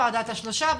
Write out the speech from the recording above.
ועדת השלושה,